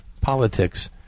politics